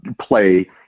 play